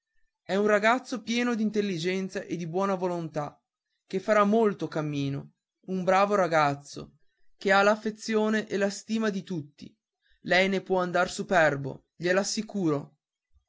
è un ragazzo pieno d'intelligenza e di buona volontà che farà molto cammino un bravo ragazzo che ha l'affezione e la stima di tutti lei ne può andar superbo gliel'assicuro